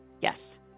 Yes